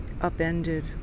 upended